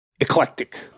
eclectic